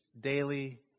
daily